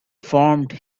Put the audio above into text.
formed